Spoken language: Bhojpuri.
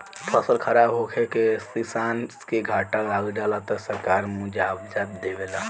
फसल खराब होखे से किसान के घाटा लाग जाला त सरकार मुआबजा देवेला